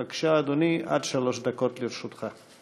בבקשה, אדוני, עד שלוש דקות לרשותך.